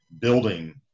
building